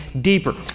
deeper